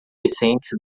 recentes